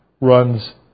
runs